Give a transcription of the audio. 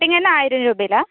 starting തന്നെ ആയിരം രൂപയിലാ